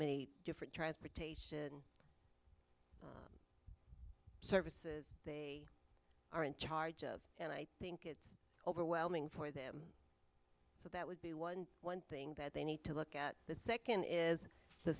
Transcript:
many different transportation services they are in charge of and i think it's overwhelming for them so that would be one one thing that they need to look at the second is the